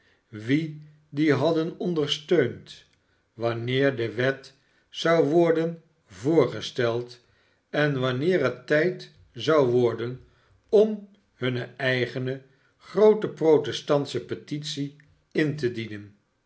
wie die hadden ondersteund wanneer de wet zouworden voorgesteld en wanneer het tijd zou worden om hunne eigene groote protestansche petitie in te dienen